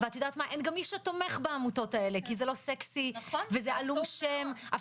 ואין מי שתומך בעמותות האלה כי זה לא סקסי ועלום שם.